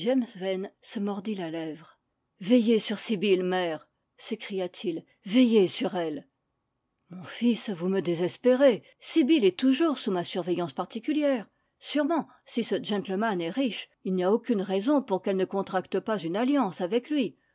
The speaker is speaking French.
se mordit la lèvre veillez sur sibyl mère s'écria-t-il veillez sur elle mon fils vous me désespérez sibyl est toujours sous ma surveillance particulière sûrement si ce gentleman est riche il n'y a aucune raison pour qu'elle ne contracte pas une alliance avec lui